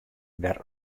wer